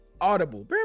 Audible